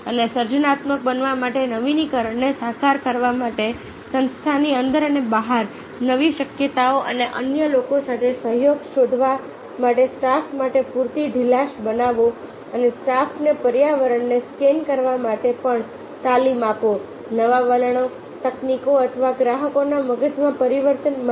અને સર્જનાત્મક બનવા માટે નવીનીકરણને સાકાર કરવા માટે સંસ્થાની અંદર અને બહાર નવી શક્યતાઓ અને અન્ય લોકો સાથે સહયોગ શોધવા માટે સ્ટાફ માટે પૂરતી ઢીલાશ બનાવો અને સ્ટાફને પર્યાવરણને સ્કેન કરવા માટે પણ તાલીમ આપો નવા વલણો તકનીકો અથવા ગ્રાહકોના મગજમાં પરિવર્તન માટે